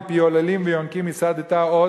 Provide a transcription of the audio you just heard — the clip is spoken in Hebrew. "מפי עוללים ויונקים יסדת עֹז",